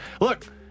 look